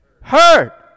heard